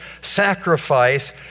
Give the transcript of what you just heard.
sacrifice